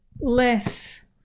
less